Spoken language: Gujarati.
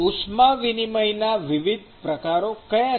ઉષ્મા વિનિમયના વિવિધ પ્રકાર કયા છે